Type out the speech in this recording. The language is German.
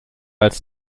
als